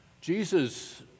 Jesus